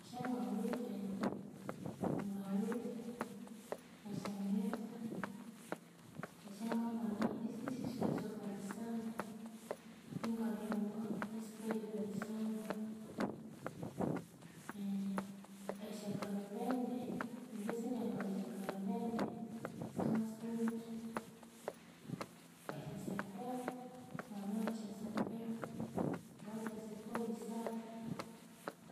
Esyangawithe ngawithe esyangetha esyangambalha isisiriswika ebisandu, ingathunga esikalhiba ebisandu eghe. Esya garuvente ingye sindyabalha esya garuvente, singasiwithe. Esyasapehu nganawithe esyasapehu, ngawithe esyasapehu isathu.